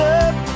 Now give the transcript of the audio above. up